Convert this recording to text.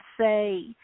say